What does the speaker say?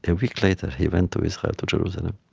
a week later, he went to israel, to jerusalem.